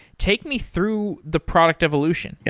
take me through the product evolution. yeah,